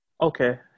Okay